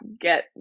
get